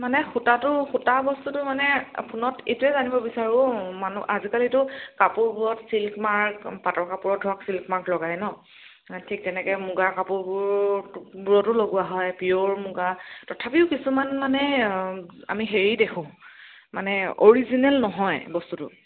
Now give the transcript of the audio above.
মানে সূতাটো সূতা বস্তুটো মানে ফোনত এইটোৱেই জানিব বিচাৰোঁ মানুহ আজিকালিতো কাপোৰবোৰত ছিল্ক মাৰ্ক পাটৰ কাপোৰত ধৰক ছিল্ক মাৰ্ক লগাই ন ঠিক তেনেকৈ মুগাৰ কাপোৰবোৰ বোৰতো লগোৱা হয় পিঅ'ৰ মুগা তথাপিও কিছুমান মানে আমি হেৰি দেখো মানে অৰিজিনেল নহয় বস্তুটো